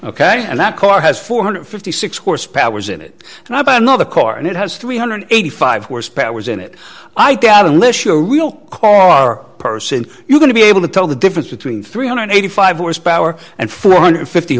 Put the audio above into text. ok and that car has four hundred and fifty six horse powers in it and i bought another car and it has three hundred and eighty five horsepower is in it i doubt alicia a real car person you're going to be able to tell the difference between three hundred and eighty five horsepower and four hundred and fifty